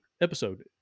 episode